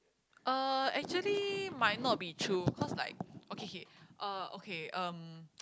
uh actually might not be true cause like okay okay uh okay um